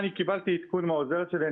אני קיבלתי עדכון מהעוזרת שלי.